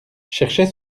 cherchait